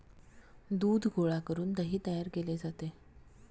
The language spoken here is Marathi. दूध गोळा करून दही तयार केले जाते